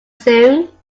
soon